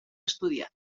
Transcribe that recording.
estudiant